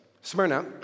Smyrna